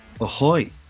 ahoy